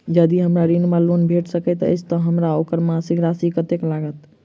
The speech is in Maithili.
यदि हमरा ऋण वा लोन भेट सकैत अछि तऽ हमरा ओकर मासिक राशि कत्तेक लागत?